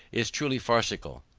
is truly farcical.